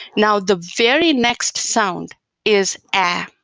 now, the very next sound is a,